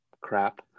crap